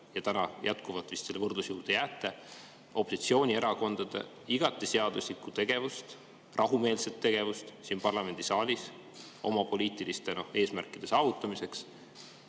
ja täna jätkuvalt vist selle võrdluse juurde ka jääte, opositsioonierakondade igati seaduslikku ja rahumeelset tegevust siin parlamendisaalis oma poliitiliste eesmärkide saavutamise